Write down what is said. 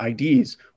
ids